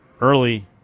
early